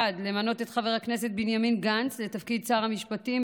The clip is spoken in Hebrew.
1. למנות את חבר הכנסת בנימין גנץ לתפקיד שר המשפטים,